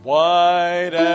White